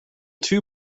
two